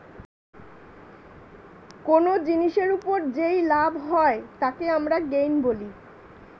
কোন জিনিসের ওপর যেই লাভ হয় তাকে আমরা গেইন বলি